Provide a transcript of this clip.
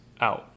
out